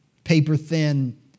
paper-thin